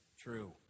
true